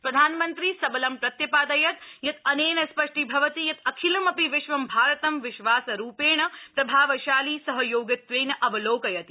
प्रधानमन्त्री सबलं प्रत्य ादयत् यत् अनेन स्थष्टीभवति यत् अखिलम विश्वं भारतं विश्वासरुपेण प्रभावशाली सहयोगित्वेन अवलोकयति